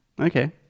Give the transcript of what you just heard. Okay